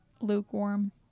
Lukewarm